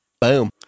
Boom